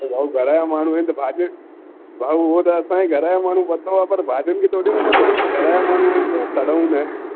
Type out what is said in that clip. त भाऊ घर जा माण्हू आहिनि त भाॼियूं भाऊ हुओ त असांजे घर जा माण्हू अथव पर भाॼियुनि खे थोरी न पतो आहे कि घर जा माण्हू आहिनि त सड़ऊं न